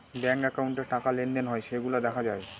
bank একাউন্টে টাকা লেনদেন হয় সেইগুলা দেখা যায়